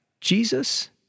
Jesus